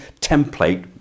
template